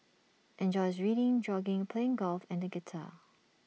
enjoys reading jogging playing golf and the guitar